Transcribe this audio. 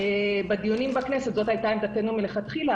בדיונים בכנסת זאת הייתה עמדתנו מלכתחילה,